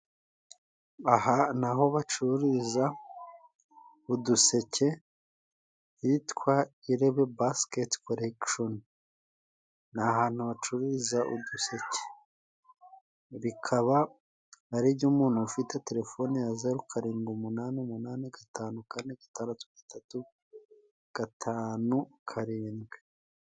Aha ni aho bacururiza uduseke， hitwa IREBE basiketi korekishoni， ni ahantu hacururiza uduseke，bikaba ari by'umuntu ufite terefone ya zaro， karindwi，umunani，umunani，gatanu，kane，gataratu，，gatatu，gatanu，karindwi.